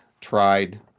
tried